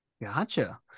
Gotcha